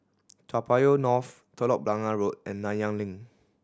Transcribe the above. Toa Payoh North Telok Blangah Road and Nanyang Link